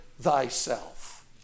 thyself